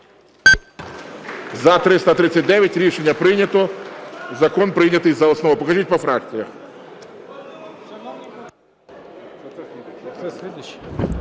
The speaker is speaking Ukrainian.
За-339 Рішення прийнято. Закон прийнятий за основу. Покажіть по фракціям.